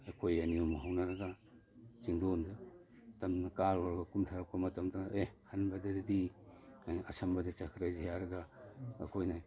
ꯑꯩꯈꯣꯏ ꯑꯅꯤ ꯑꯍꯨꯝ ꯍꯧꯅꯔꯒ ꯆꯤꯡꯗꯣꯟꯗ ꯇꯝꯅ ꯀꯥꯔꯨꯔꯒ ꯀꯨꯝꯊꯔꯛꯄ ꯃꯇꯝꯗ ꯑꯦ ꯍꯟꯕꯗꯗꯤ ꯑꯥ ꯑꯁꯝꯕꯗ ꯆꯠꯈ꯭ꯔꯁꯤ ꯍꯥꯏꯔꯒ ꯑꯩꯈꯣꯏꯅ